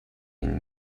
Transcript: den